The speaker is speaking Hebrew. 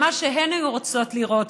למה שהן היו רוצות לראות,